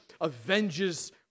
avenges